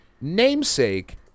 Namesake